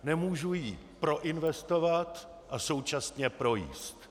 Nemůžu ji proinvestovat a současně projíst.